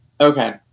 Okay